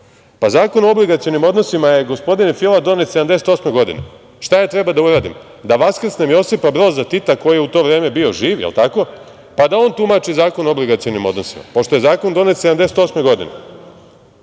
Pa, Zakon o obligacionim odnosima je, gospodine Fila done 1978. godine. Šta ja treba da uradim? Da vaskrsnem Josipa Broza Tita koji je u to vreme bio živ, da li je tako, pa da on tumači Zakon o obligacionim odnosima, pošto je zakon donese 1978. godine.(Toma